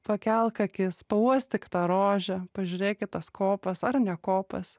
pakelk akis pauostyk tą rožę pažiūrėk į tas kopas ar ne kopas